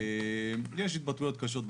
יש התבטאויות קשות בכנסת,